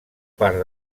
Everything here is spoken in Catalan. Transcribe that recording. part